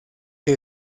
que